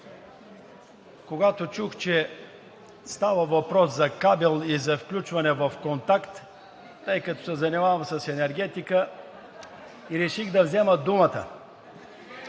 Когато чух, че става въпрос за кабел и за включване в контакт, тъй като се занимавам с енергетика, реших да взема думата